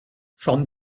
from